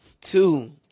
Two